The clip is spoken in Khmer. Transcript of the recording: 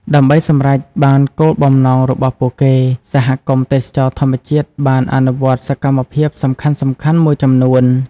ដើម្បីសម្រេចបានគោលបំណងរបស់ពួកគេ សហគមន៍ទេសចរណ៍ធម្មជាតិបានអនុវត្តសកម្មភាពសំខាន់ៗមួយចំនួន។